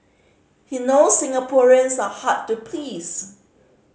he knows Singaporeans are hard to please